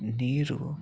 ನೀರು